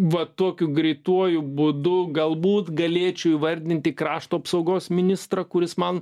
va tokiu greituoju būdu galbūt galėčiau įvardinti krašto apsaugos ministrą kuris man